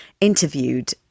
interviewed